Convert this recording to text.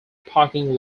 parking